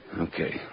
Okay